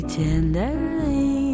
tenderly